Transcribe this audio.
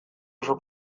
oso